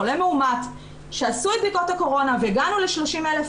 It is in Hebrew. חולה מאומת שעשו את בדיקות הקורונה והגענו ל-30,000.